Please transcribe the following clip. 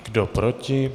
Kdo proti?